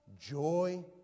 Joy